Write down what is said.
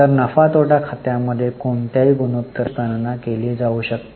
तर नफा तोटा खाते मध्ये कोणत्या गुणोत्तरांची गणना केली जाऊ शकते